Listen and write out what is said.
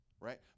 right